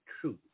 truth